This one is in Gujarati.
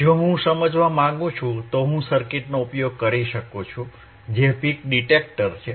જો હું સમજવા માંગુ છું તો હું સર્કિટનો ઉપયોગ કરી શકું છું જે પીક ડિટેક્ટર છે